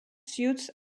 suit